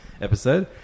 episode